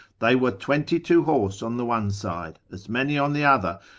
they were twenty-two horse on the one side, as many on the other,